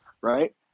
right